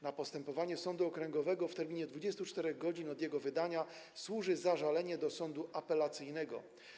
Na postępowanie sądu okręgowego w terminie 24 godzin od jego wydania służy zażalenie do sądu apelacyjnego.